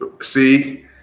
See